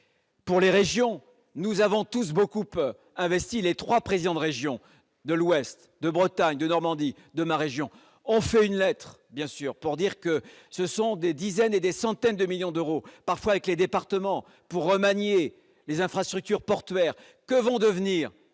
Pour les régions, nous avons tous beaucoup peu investi les 3 présidents de régions de l'ouest de Bretagne de Normandie de ma région, en fait une lettre bien sûr pour dire que ce sont des dizaines et des centaines de millions d'euros, parfois avec les départements pour remanier les infrastructures portuaires que vont devenir